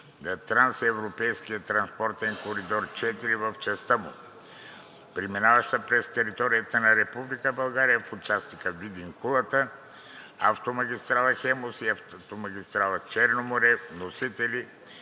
трансевропейския транспортен коридор IV в частта му, преминаваща през територията на Република България, в участъка Видин – Кулата, автомагистрала „Хемус“ и автомагистрала „Черно море“. Вносители